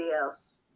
else